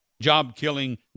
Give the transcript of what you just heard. Job-killing